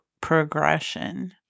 progression